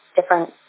different